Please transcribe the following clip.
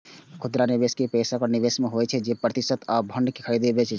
खुदरा निवेशक गैर पेशेवर निवेशक होइ छै, जे प्रतिभूति आ फंड कें खरीदै बेचै छै